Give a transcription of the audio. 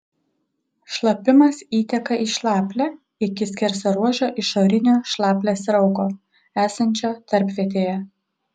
šlapimas įteka į šlaplę iki skersaruožio išorinio šlaplės rauko esančio tarpvietėje